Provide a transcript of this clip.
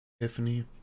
Tiffany